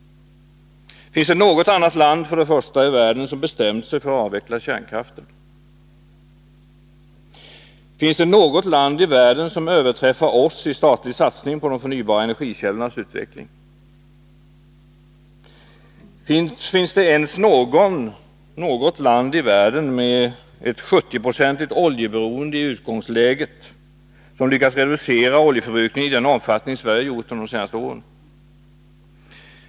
Finns det något annat land i världen som bestämt sig för att avveckla kärnkraften? Finns det något land i världen som överträffar Sverige i statlig satsning på de förnybara energikällornas utveckling? Finns det ens något land i världen med ett 70-procentigt oljeberoende i utgångsläget som lyckats reducera oljeförbrukningen i den omfattning Sverige gjort under de senaste åren?